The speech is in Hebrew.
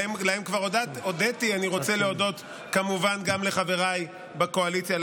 אני כמובן רוצה להודות לחבריי בקואליציה,